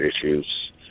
issues